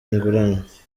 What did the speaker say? ingurane